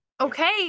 Okay